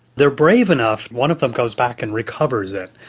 they are brave enough, one of them goes back and recovers it,